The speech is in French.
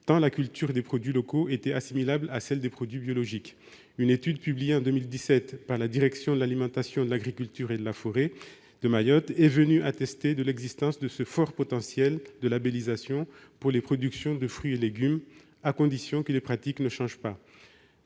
tant la culture des produits locaux était assimilable à celle de produits biologiques. Une étude publiée en 2017 par la direction de l'alimentation, de l'agriculture et de la forêt de Mayotte est venue attester de l'existence de ce fort potentiel de labellisation pour les productions de fruits et légumes, à condition que les pratiques ne changent pas.